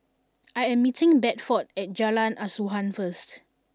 I am meeting Bedford at Jalan Asuhan first